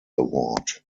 award